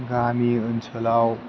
गामि ओनसोलाव